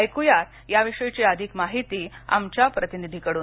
ऐकू या या विषयी अधिक माहिती आमच्या प्रतिनिधीकडून